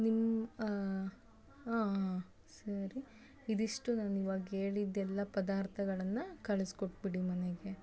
ನಿಮ್ ಹಾಂ ಸರಿ ಇದಿಷ್ಟು ನಾನಿವಾಗ್ ಕೇಳಿದ್ದೆಲ್ಲ ಪದಾರ್ಥಗಳನ್ನು ಕಳ್ಸ್ಕೊಟ್ಬಿಡಿ ಮನೆಗೆ